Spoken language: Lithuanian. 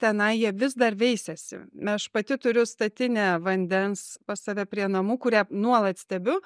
tenai jie vis dar veisiasi aš pati turiu statinę vandens pas save prie namų kurią nuolat stebiu